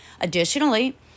Additionally